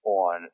on